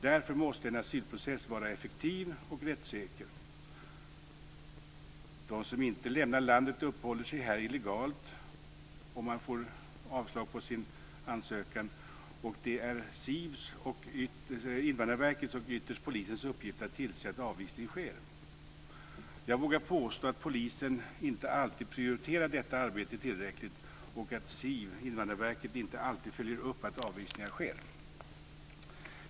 Därför måste en asylprocess vara effektiv och rättssäker. De som inte lämnar landet uppehåller sig här illegalt om de får avslag på sin ansökan. Det är SIV:s, dvs. Invandrarverkets, och ytterst polisens uppgift att tillse att avvisning sker. Jag vågar påstå att polisen inte alltid prioriterar detta arbete tillräckligt och att SIV, Invandrarverket, inte alltid följer upp att avvisningar sker.